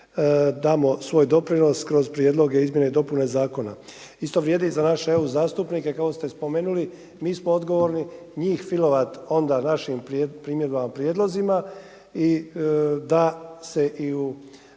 damo svoj doprinos kroz prijedloge, izmjene i dopune zakona. Isto vrijedi i za naš eu-zastupnike kako ste spomenuli, mi smo odgovorni njih filovati onda našim primjedbama, prijedlozima i da se i u